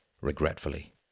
regretfully